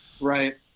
Right